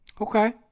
Okay